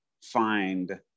find